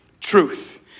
truth